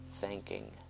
thanking